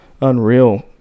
unreal